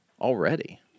already